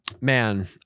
man